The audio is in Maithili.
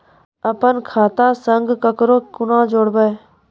अपन खाता संग ककरो कूना जोडवै?